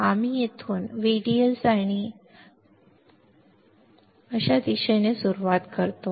आम्ही येथून VDS आणि अशा दिशेने सुरुवात करतो